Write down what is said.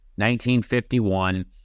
1951